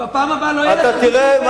אף אחד לא אמר שלא היינו אגרסיביים,